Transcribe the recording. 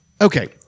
Okay